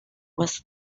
was